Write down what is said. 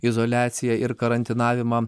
izoliaciją ir karantinavimą